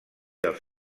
els